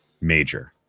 Major